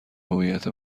هویت